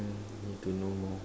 need to know more